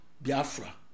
Biafra